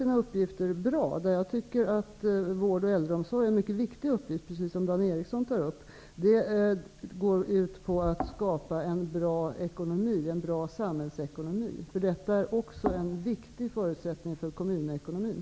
Mina egna insatser, om man får beskriva det så, för att möjliggöra för kommunerna att verkligen klara sina uppgifter bra, går ut på att skapa en bra ekonomi, en bra samhällsekonomi. Det är också en viktig förutsättning för kommunekonomin.